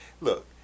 look